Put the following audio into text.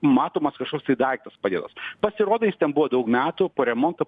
matomas kažkoks tai daiktas padėtas pasirodo jis ten buvo daug metų po remonto